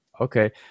Okay